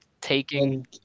taking